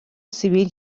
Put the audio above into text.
سیبیل